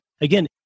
Again